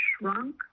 shrunk